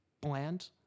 bland